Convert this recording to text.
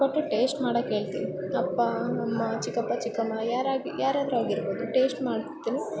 ಕೊಟ್ಟು ಟೇಸ್ಟ್ ಮಾಡೋಕ್ ಹೇಳ್ತೀನಿ ಅಪ್ಪ ಅಮ್ಮ ಚಿಕ್ಕಪ್ಪ ಚಿಕ್ಕಮ್ಮ ಯಾರಾಗಿ ಯಾರಾದ್ರು ಆಗಿರ್ಬೋದು ಟೇಸ್ಟ್ ಮಾಡ್ತೀನಿ